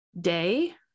day